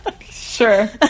Sure